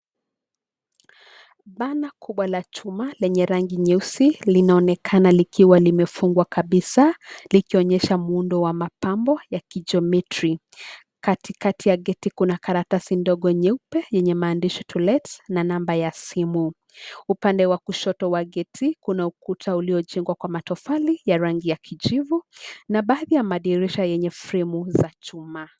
Banner kubwa la chuma lenye rangi nyeusi linaonekana likiwa limefungwa kabisa likionyesha muundo wa mapambo ya kijiometri. Katikati ya gate kuna karatasi ndogo nyeupe yenye maadishi [c]To Let na namba ya simu. Upande wa kushoto wa gate kuna ukuta uliojengwa kwa matofali ya rangi ya kijivu na baadhi ya madirisha yenye fremu za chuma.